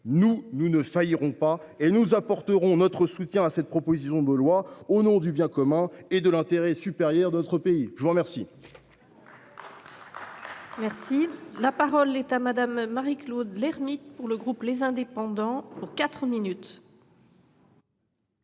Nous, nous ne faillirons pas et nous apporterons notre soutien à cette proposition de loi, au nom du bien commun et de l’intérêt supérieur de notre pays. La parole